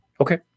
Okay